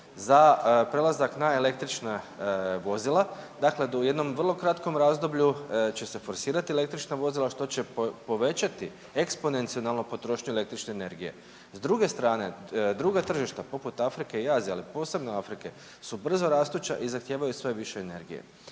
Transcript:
za prelazak na električna vozila dakle da u jednom vrlo kratkom razdoblju će se forsirati električna vozila što će povećati eksponencijalno potrošnju električne energije. S druge strane druga tržišta poput Afrike i Azije, a posebno Afrike su brzorastuća i zahtijevaju sve više energije